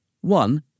One